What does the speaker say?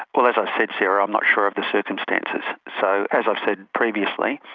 well, as i said sarah, i'm not sure of the circumstances. so as i said previously,